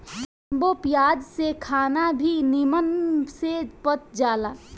नींबू पियला से खाना भी निमन से पच जाला